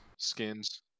skins